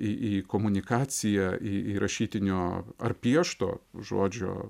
į komunikaciją į rašytinio ar piešto žodžio